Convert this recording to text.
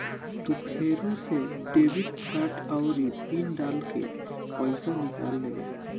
तू फेरू से डेबिट कार्ड आउरी पिन डाल के पइसा निकाल लेबे